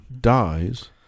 dies